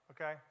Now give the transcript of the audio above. okay